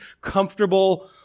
comfortable